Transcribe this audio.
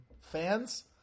fans